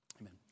Amen